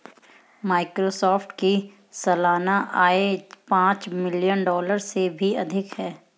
Microsoft की सालाना आय पांच बिलियन डॉलर से भी अधिक है